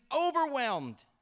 overwhelmed